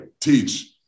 teach